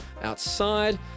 outside